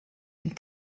and